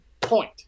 point